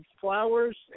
flowers